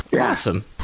Awesome